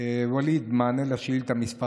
ואליד, מענה על שאילתה מס'